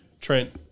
Trent